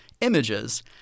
images